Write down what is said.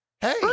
Hey